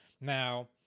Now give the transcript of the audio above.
now